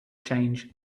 change